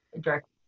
direct